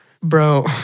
Bro